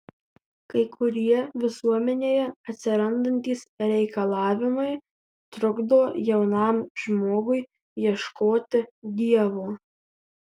kai kurie visuomenėje atsirandantys reikalavimai trukdo jaunam žmogui ieškoti dievo